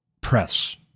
press